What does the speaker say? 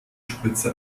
spritze